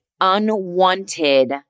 unwanted